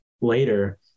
later